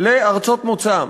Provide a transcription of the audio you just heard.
לארצות מוצאם.